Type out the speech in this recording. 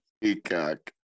Peacock